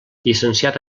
llicenciat